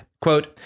quote